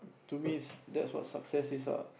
to me that's what's success is ah